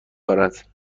دارد